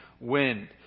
wind